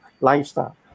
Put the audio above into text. Lifestyle